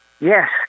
Yes